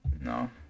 No